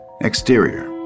Exterior